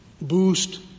boost